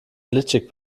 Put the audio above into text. glitschig